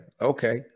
okay